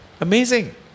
Amazing